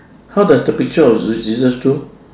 how does the picture of jesus do